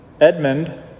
Edmund